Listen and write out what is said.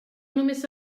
només